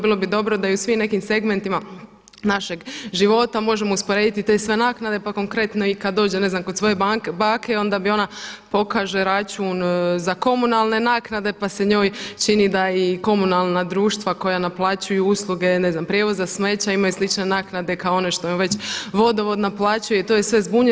Bilo bi dobro da i u svim nekim segmentima našeg života možemo usporediti te sve naknade, pa konkretno i kada dođe ne znam kod svoj bake onda mi ona pokaže račun za komunalne naknade pa se njoj čini da i komunalna društva koja naplaćuju usluge, ne znam prijevoza, smeća imaju slične naknade kao one što im već vodovod naplaćuje i to ih sve zbunjuje.